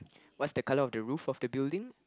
what's the color of the roof of the building